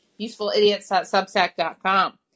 UsefulIdiots.substack.com